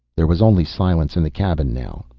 there was only silence in the cabin now,